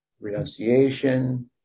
renunciation